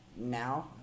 Now